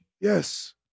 Yes